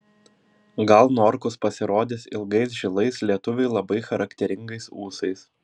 gal norkus pasirodys ilgais žilais lietuviui labai charakteringais ūsais